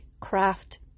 craft